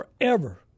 forever